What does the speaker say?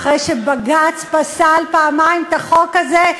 אחרי שבג"ץ פסל פעמיים את החוק הזה,